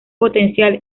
potencial